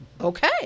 Okay